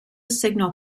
signal